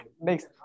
next